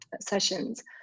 sessions